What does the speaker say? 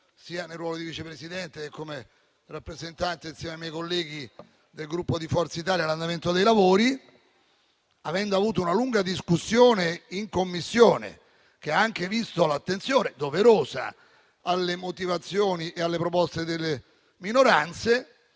sia nel ruolo di Vice Presidente, sia come rappresentante, insieme ai miei colleghi, del Gruppo Forza Italia, l'andamento dei lavori e avendo avuto una lunga discussione in Commissione che ha anche visto l'attenzione - doverosa - alle motivazioni e alle proposte delle minoranze,